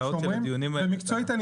מקצועית,